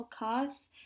podcasts